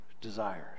desires